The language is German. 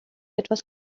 etwas